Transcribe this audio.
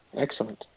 Excellent